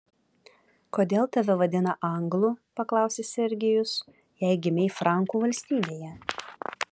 kodėl tave vadina anglu paklausė sergijus jei gimei frankų valstybėje